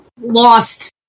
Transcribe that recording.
lost